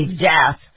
death